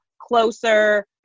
closer